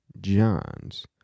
Johns